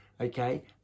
okay